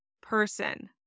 person